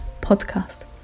podcast